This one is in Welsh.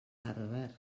arfer